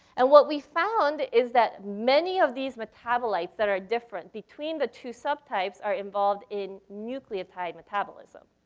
and what we found is that many of these metabolites that are different between the two subtypes are involved in nucleotide metabolism.